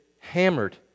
hammered